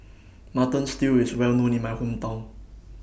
Mutton Stew IS Well known in My Hometown